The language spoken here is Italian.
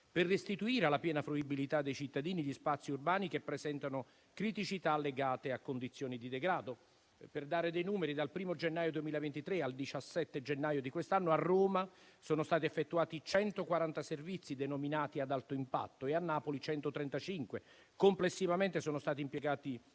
per restituire alla piena fruibilità dei cittadini gli spazi urbani che presentano criticità legate a condizioni di degrado. Per dare dei numeri, dal 1° gennaio 2023 al 17 gennaio di quest'anno a Roma sono stati effettuati 140 servizi denominati ad alto impatto e a Napoli 135. Complessivamente sono stati impiegati